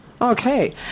Okay